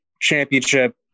championship